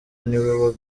niwe